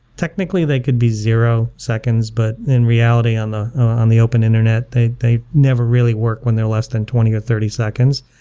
technically, they could be zero seconds, but in reality, on the on the open internet, they they never really work when they're less than twenty or thirty seconds.